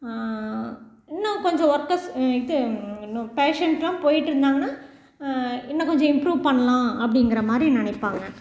இன்னும் கொஞ்சம் ஒர்க்கர்ஸ் இது இன்னும் பேஷண்டெலாம் போய்கிட்ருந்தாங்கன்னா இன்னும் கொஞ்சம் இம்ப்ரூவ் பண்ணலாம் அப்படிங்கிற மாதிரி நினைப்பாங்க